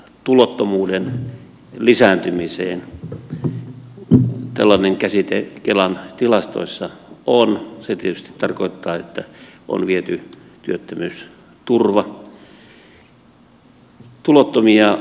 haluan tässä vielä puuttua tähän tulottomuuden lisääntymiseen tällainen käsite kelan tilastoissa on ja se tietysti tarkoittaa että on viety työttömyysturva